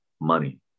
money